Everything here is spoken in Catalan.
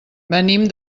venim